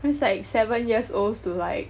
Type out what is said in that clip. that's like seven years olds to like